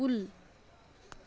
کُل